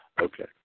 Okay